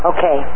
Okay